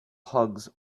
hugs